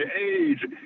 age